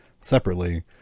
separately